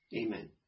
Amen